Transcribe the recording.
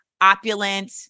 opulent